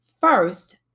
first